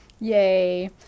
Yay